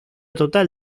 total